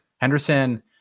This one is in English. Henderson